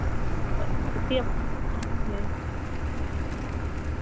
उसकी